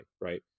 right